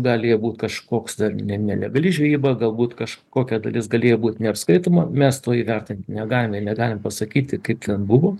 gali būt kažkoks dar ne nelegali žvejyba galbūt kažkokia dalis galėjo būti neapskaitoma mes to įvertint negalime negalim pasakyt kaip ten buvo